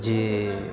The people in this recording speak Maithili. जे